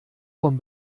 von